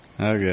Okay